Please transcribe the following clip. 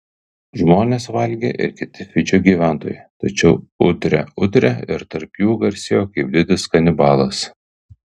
žmones valgė ir kiti fidžio gyventojai tačiau udre udre ir tarp jų garsėjo kaip didis kanibalas